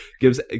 gives